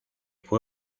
fue